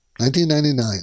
1999